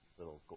little